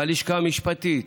בלשכה המשפטית,